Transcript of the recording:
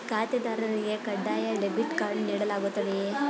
ಖಾತೆದಾರರಿಗೆ ಕಡ್ಡಾಯ debit card ನೀಡಲಾಗುತ್ತದೆಯೇ?